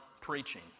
preaching